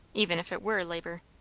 even if it were labour.